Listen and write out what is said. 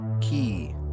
key